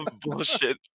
Bullshit